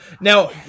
Now